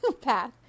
path